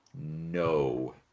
no